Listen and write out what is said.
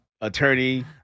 attorney